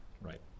Right